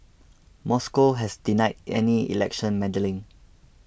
Moscow has denied any election meddling